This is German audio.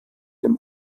dem